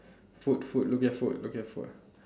food food look at food look at food